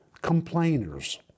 complainers